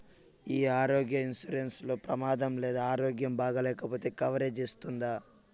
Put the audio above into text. ఈ ఆరోగ్య ఇన్సూరెన్సు లో ప్రమాదం లేదా ఆరోగ్యం బాగాలేకపొతే కవరేజ్ ఇస్తుందా?